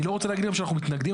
אני רוצה להגיד שאנחנו מתנגדים,